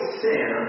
sin